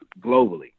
globally